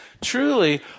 truly